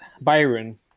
Byron